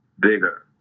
bigger